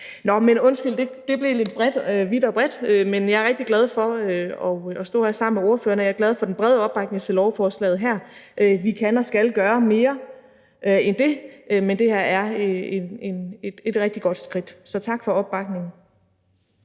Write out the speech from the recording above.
Nå, undskyld, det blev lidt bredt – vidt og bredt – men jeg er rigtig glad for at stå her sammen med ordførerne, og jeg er glad for den brede opbakning til lovforslaget her. Vi kan og skal gøre mere end det, men det her er et rigtig godt skridt. Så tak for opbakningen.